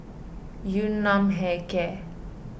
Yun Nam Hair Care